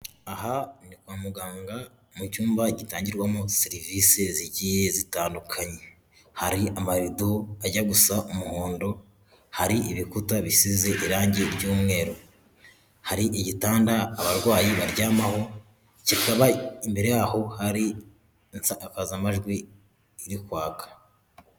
Aha ni kwa muganga mu cyumba gitangirwamo serivise zigiye zitandukanye. Hari amarido ajya gusa umuhondo, hari ibikuta bisize irangi ry'umweru, hari igitanda abarwayi baryamaho kikaba imbere y'aho hari insakazamajwi iri kwaka.